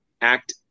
act